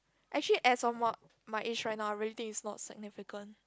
actually as of my age right now I really think it's not significant